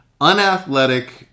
unathletic